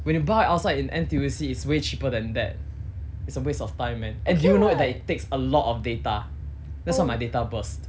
when you buy outside in N_T_U_C it's way cheaper than that it's a waste of time man and do you know that it takes a lot of data that's why my data burst